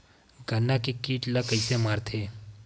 गन्ना के कीट ला कइसे मारथे?